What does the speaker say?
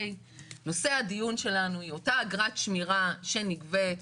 נושא הדיון שלנו היא אותה אגרת שמירה שנגבית.